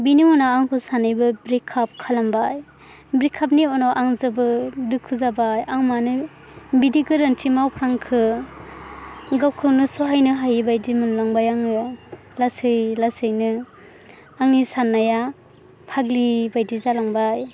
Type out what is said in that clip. बेनि उनाव आंखौ सानैबो ब्रेकआप खालामबाय ब्रेकआप नि उनाव आं जोबोद दुखु जाबाय आं मानो बिदि गोरोन्थि मावफ्लांखो गावखौनो सहायनो हायिबायदि मोनलांबाय आङो लासै लासैनो आंनि साननाया फाग्लिबायदि जालांबाय